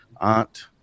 Aunt